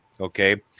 okay